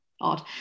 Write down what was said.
odd